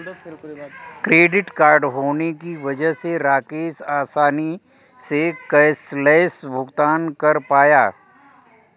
credit card होने की वजह से राकेश आसानी से कैशलैस भुगतान कर पाया